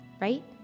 Right